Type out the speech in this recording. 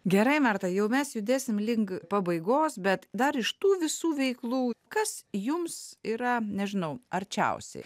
gerai marta jau mes judėsim link pabaigos bet dar iš tų visų veiklų kas jums yra nežinau arčiausiai